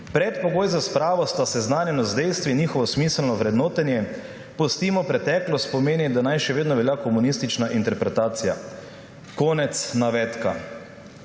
»Predpogoj za spravo sta seznanjenost z dejstvi in njihovo smiselno vrednotenje. »Pustimo preteklost« pomeni, da naj še vedno velja komunistična interpretacija.« Konec navedka.